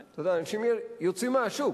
אתה יודע, אנשים יוצאים מהשוק.